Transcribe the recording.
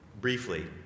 briefly